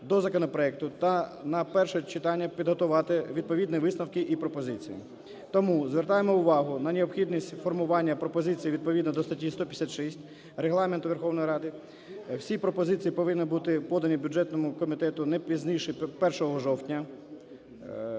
до законопроекту та на перше читання підготувати відповідні висновки і пропозиції. Тому звертаємо увагу на необхідність формування пропозицій відповідно до статті 156 Регламенту Верховної Ради, всі пропозиції повинні бути подані бюджетному комітету не пізніше 1 жовтня.